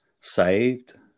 saved